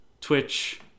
Twitch